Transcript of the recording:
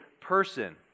person